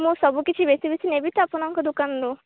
ମୁଁ ସବୁ କିଛି ବେଶୀ ବେଶୀ ନେବି ତ ଆପଣଙ୍କ ଦୋକାନନୁ